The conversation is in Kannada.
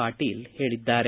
ಪಾಟೀಲ ಹೇಳಿದ್ದಾರೆ